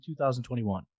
2021